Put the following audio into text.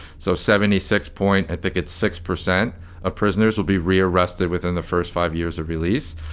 so seventy six point, i think it's six percent of prisoners will be rearrested within the first five years of release.